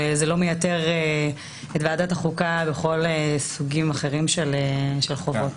זה לא מייתר את ועדת החוקה בסוגים אחרים של חובות.